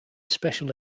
special